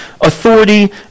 authority